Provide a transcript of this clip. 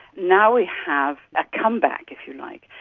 now we have a comeback, if you like,